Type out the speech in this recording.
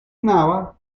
nava